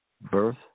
birth